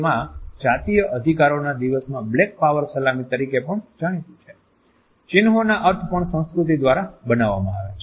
માં જાતીય અધિકારોના દિવસોમાં બ્લેક પાવર સલામી તરીકે પણ જાણીતું હતું ચિન્હોના અર્થ પણ સંસ્કૃતિ દ્વારા બનાવામાં આવે છે